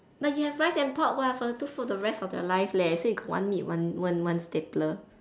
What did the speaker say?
but you have rice and pork [what] for the two for the rest of your life leh so you got one meat and one one one staple